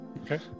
Okay